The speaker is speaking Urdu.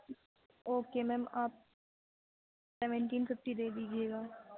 اوکے میم آپ سیونٹین ففٹی دے دیجیے گا